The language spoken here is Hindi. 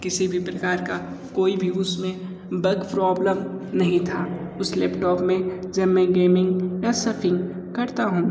किसी भी प्रकार का कोई भी उसमें बग प्रॉब्लम नहीं था उस लैपटॉप में जब मैं गेमिंग या सफिंग करता हूँ